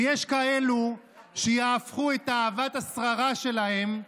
ויש כאלו שיהפכו את אהבת השררה שלהם לאידיאל,